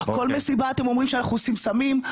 כל מסיבה אתם אומרים שאנחנו עושים סמים,